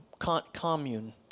Commune